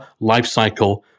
lifecycle